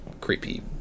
creepy